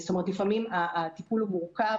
לפעמים הטיפול הוא מורכב,